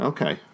Okay